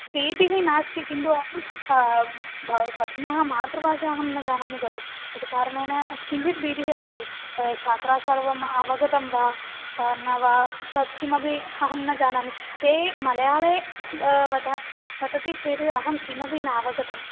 भीतिः नास्ति किन्तु अहं भगिन्यायाः मातृभाषा अहं न जानामि खलु तत् कारणेन किञ्चित् भीतिः अस्ति छात्रान् सर्वम् अवगतं वा न वा तत् किमपि अहं न जानामि ते मलयाळे वत वदति चेद् अहं किमपि नावगतम्